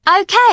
Okay